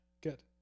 good